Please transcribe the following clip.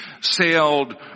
sailed